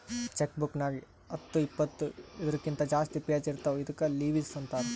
check book ನಾಗ್ ಹತ್ತು ಇಪ್ಪತ್ತು ಇದೂರ್ಕಿಂತ ಜಾಸ್ತಿ ಪೇಜ್ ಇರ್ತಾವ ಇದ್ದುಕ್ ಲಿವಸ್ ಅಂತಾರ್